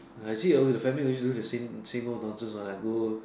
I see always family always go the same same old nonsense one I go